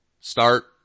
start